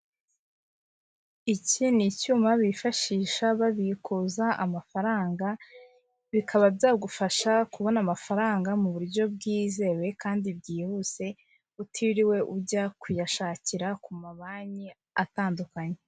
Iki ni icyuma bifashisha babikuza amafaranga, bikaba byagufasha kubona amafaranga mu buryo bwizewe kandi byihuse utiriwe ujya kuyashakira ku mabanki atandukanye.